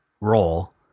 roll